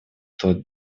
тот